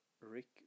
Rick